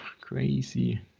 Crazy